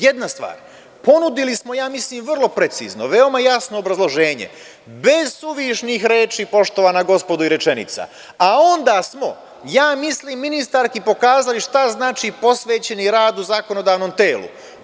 Jedna stvar, ponudili smo, ja mislim vrlo precizno, veoma jasno obrazloženje, bez suvišnih reči, poštovana gospodo, i rečenica, a onda smo, ja mislim, ministarki pokazali šta znači posvećeni rad u zakonodavnom telu.